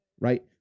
Right